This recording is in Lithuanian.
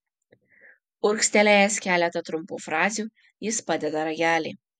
urgztelėjęs keletą trumpų frazių jis padeda ragelį